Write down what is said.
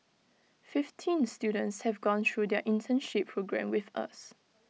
fifteen students have gone through their internship programme with us